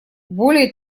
более